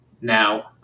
Now